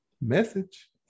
Message